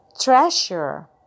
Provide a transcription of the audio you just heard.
treasure